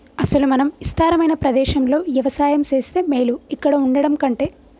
అసలు మనం ఇస్తారమైన ప్రదేశంలో యవసాయం సేస్తే మేలు ఇక్కడ వుండటం కంటె